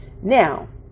now